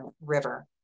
River